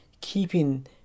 keeping